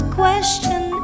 question